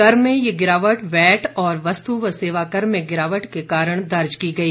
कर में यह गिरावट वैट और वस्तु व सेवा कर में गिरावट के कारण दर्ज की गई